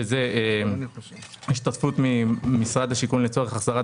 שזאת השתתפות ממשרד השיכון שהיא לצורך הסדרת